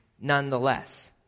nonetheless